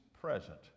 present